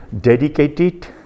dedicated